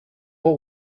what